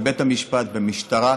בבית המשפט ובמשטרה,